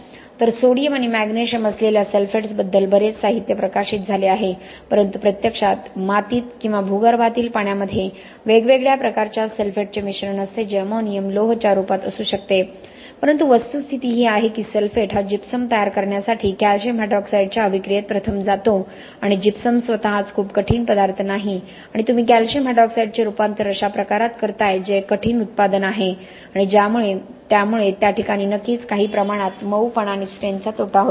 तर सोडियम आणि मॅग्नेशियम असलेल्या सल्फेट्सबद्दल बरेच साहित्य प्रकाशित झाले आहे परंतु प्रत्यक्षात मातीत किंवा भूगर्भातील पाण्यामध्ये वेगवेगळ्या प्रकारच्या सल्फेटचे मिश्रण असते जे अमोनियम लोह च्या रूपात असू शकते परंतु वस्तुस्थिती ही आहे की सल्फेट हा जिप्सम तयार करण्यासाठी कॅल्शियम हायड्रॉक्साईडच्या अभिक्रियेत प्रथम जातो आणि जिप्सम स्वतःच खूप कठीण पदार्थ नाही आणि तुम्ही कॅल्शियम हायड्रॉक्साईडचे रूपांतर अश्या प्रकारात करताहेत जे एक कठीण उत्पादन आहेआणि त्यामुळे त्यठिकणी नक्कीच काही प्रमाणात मऊपणा आणि स्ट्रेन्थचा तोटा होतो